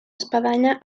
espadanya